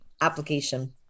application